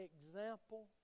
example